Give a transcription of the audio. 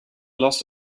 loss